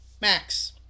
Max